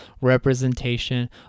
representation